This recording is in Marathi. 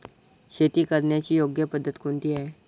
शेती करण्याची योग्य पद्धत कोणती आहे?